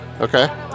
Okay